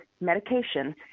medication